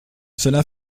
cela